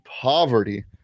poverty